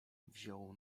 wziął